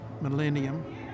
millennium